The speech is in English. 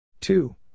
two